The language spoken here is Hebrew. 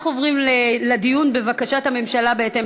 אנחנו עוברים לדיון בבקשת הממשלה בהתאם